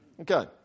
Okay